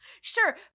Sure